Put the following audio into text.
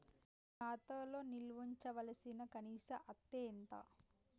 ఖాతా లో నిల్వుంచవలసిన కనీస అత్తే ఎంత?